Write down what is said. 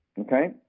Okay